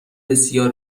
بسیار